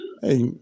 hey